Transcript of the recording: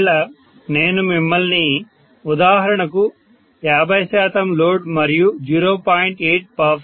ఒకవేళ నేను మిమ్మల్ని ఉదాహరణకు 50 శాతం లోడ్ మరియు 0